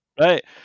right